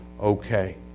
okay